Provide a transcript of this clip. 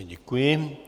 Děkuji.